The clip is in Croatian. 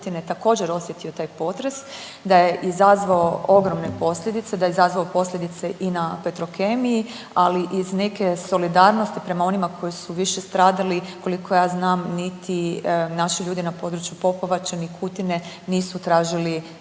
također osjetio taj potres, da je izazvao ogromne posljedice, da je izazvao posljedice i na Petrokemiji, ali iz neke solidarnosti prema onima koji su više stradali koliko ja znam niti naši ljudi na području Popovače, ni Kutine nisu tražili